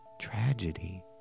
tragedy